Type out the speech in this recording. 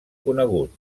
conegut